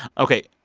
ok,